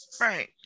Right